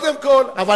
לא.